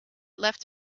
left